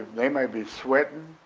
they may be sweating,